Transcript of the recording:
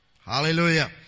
Hallelujah